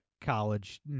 college